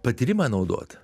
patyrimą naudot